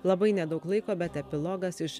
labai nedaug laiko bet epilogas iš